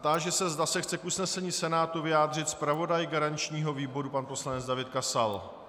Táži se, zda se chce k usnesení Senátu vyjádřit zpravodaj garančního výboru pan poslanec David Kasal.